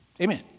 Amen